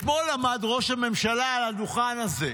אתמול עמד ראש הממשלה על הדוכן הזה,